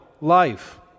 life